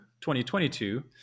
2022